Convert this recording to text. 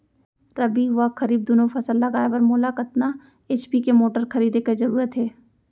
रबि व खरीफ दुनो फसल लगाए बर मोला कतना एच.पी के मोटर खरीदे के जरूरत हे?